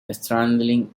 straddling